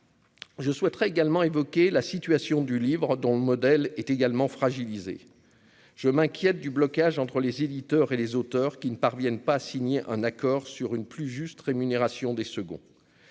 Je souhaiterais également évoqué la situation du dont le modèle était également fragilisé, je m'inquiète du blocage entre les éditeurs et les auteurs qui ne parviennent pas à signer un accord sur une plus juste rémunération des seconds,